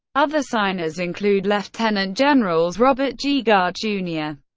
other signers include lieutenant generals robert g. gard jr.